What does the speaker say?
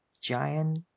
giant